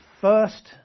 first